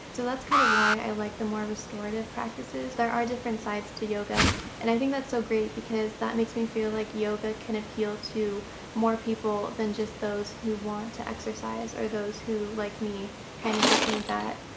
so that's kind of why i like the more restorative practices. there are different sides to yoga and i think that's so great because that makes me feel like yoga can appeal to more people than just those who want to exercise or those who like me kind of just need that